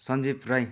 Sanjeev Rai